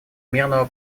мирного